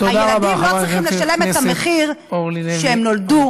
תודה רבה, חברת הכנסת אורלי לוי